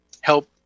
help